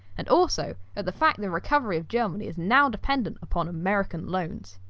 and also at the fact the recovery of germany is now dependent upon american loans.